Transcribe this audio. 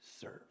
serve